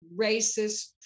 racist